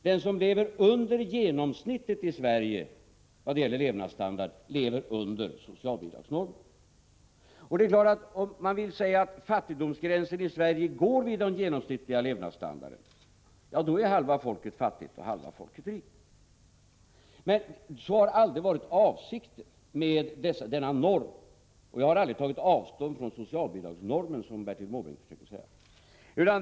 Den som har en levnadsstandard under genomsnittet i Sverige lever under socialbidragsnormen. Om man vill säga att fattigdomsgränsen i Sverige går vid den genomsnittliga levnadsstandarden, då är halva folket fattigt och halva folket rikt. Men så har aldrig varit avsikten med denna norm, och jag har aldrig tagit avstånd från socialbidragsnormen, som Bertil Måbrink påstod.